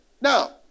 Now